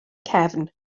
cefn